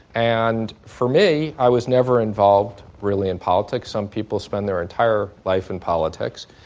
and for me, i was never involved really in politics. some people spend their entire life in politics.